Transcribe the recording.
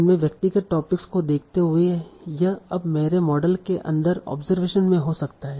उनके व्यक्तिगत टॉपिक्स को देखते हुए यह अब मेरे मॉडल के अंदर ऑब्जरवेशन में हो सकता है